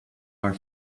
our